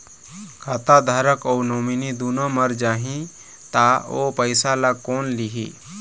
खाता धारक अऊ नोमिनि दुनों मर जाही ता ओ पैसा ला कोन लिही?